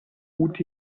utf